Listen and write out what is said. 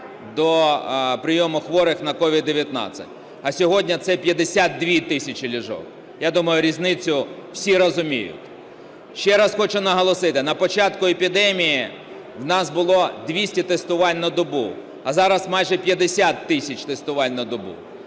до прийому хворих на COVID-19, а сьогодні це 52 тисячі ліжок. Я думаю, різницю всі розуміють. Ще раз хочу наголосити: на початку епідемії в нас було 200 тестувань на добу, а зараз майже 50 тисяч тестувань на добу.